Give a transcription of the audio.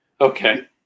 okay